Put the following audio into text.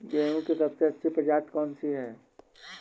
गेहूँ की सबसे अच्छी प्रजाति कौन सी है?